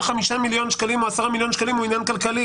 5 מיליון שקלים או 10 מיליון שקלים הוא עניין כלכלי.